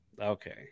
okay